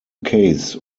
case